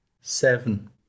seven